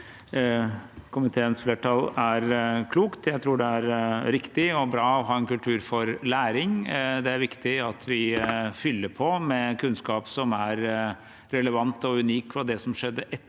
komiteens flertall, er klokt. Jeg tror det er riktig og bra å ha en kultur for læring. Det er viktig at vi fyller på med kunnskap som er relevant og unik for det som skjedde etter